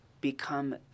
Become